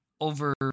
over